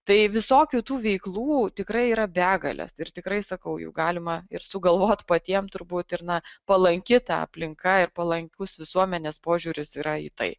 tai visokių tų veiklų tikrai yra begalės ir tikrai sakau jų galima ir sugalvot patiem turbūt ir na palanki ta aplinka ir palankus visuomenės požiūris yra į tai